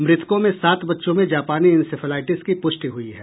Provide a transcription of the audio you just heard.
मृतकों में सात बच्चों में जापानी इंसेफ्लाईटिस की प्रष्टि हुई है